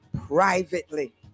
privately